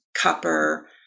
copper